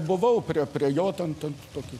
buvau prie prie jo ten ten tokį